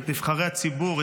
את נבחרי הציבור,